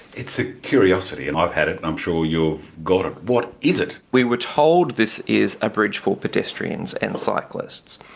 it's a curiosity and i've had it and i'm sure you've got it. what is it? we were told this is a bridge for pedestrians and cyclists.